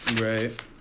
Right